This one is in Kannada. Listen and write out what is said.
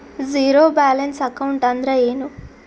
ಝೀರೋ ಬ್ಯಾಲೆನ್ಸ್ ಅಕೌಂಟ್ ಅಂದ್ರ ಏನು?